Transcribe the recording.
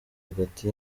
hagati